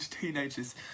teenagers